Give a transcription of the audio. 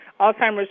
Alzheimer's